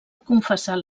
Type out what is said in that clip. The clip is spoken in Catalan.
confessar